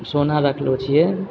सोना रखलौ छियै